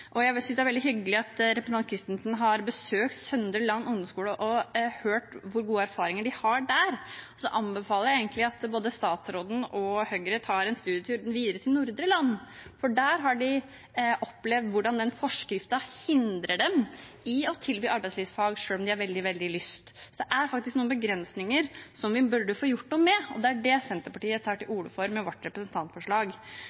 Jeg synes det er veldig hyggelig at representanten Kristensen har besøkt Søndre Land ungdomsskole og hørt hvor gode erfaringer de har der. Så anbefaler jeg egentlig at både statsråden og Høyre tar en studietur videre til Nordre Land, for der har de opplevd hvordan den forskriften hindrer dem i å tilby arbeidslivsfag, selv om de har veldig, veldig lyst. Det er faktisk noen begrensninger vi burde få gjort noe med, og det er det Senterpartiet tar til